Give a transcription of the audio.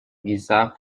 giza